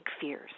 fears